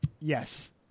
Yes